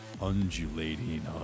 undulating